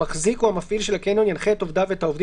המחזיק או המפעיל של הקניון ינחה את עובדיו ואת העובדים